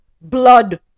blood